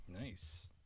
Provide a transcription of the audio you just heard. Nice